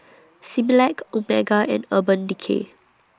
Similac Omega and Urban Decay